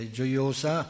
gioiosa